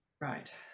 Right